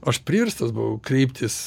aš priverstas buvau kreiptis